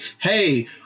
hey